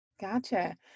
Gotcha